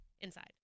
inside